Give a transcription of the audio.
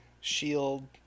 Shield